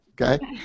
okay